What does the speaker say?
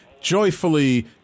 joyfully